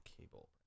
cable